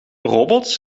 robots